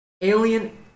Alien